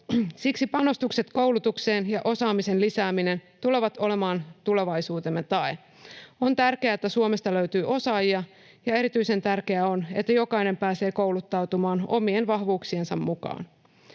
Siksi panostukset koulutukseen ja osaamisen lisääminen tulevat olemaan tulevaisuutemme tae. On tärkeää, että Suomesta löytyy osaajia, ja erityisen tärkeää on, että jokainen pääsee kouluttautumaan omien vahvuuksiensa mukaan.